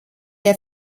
der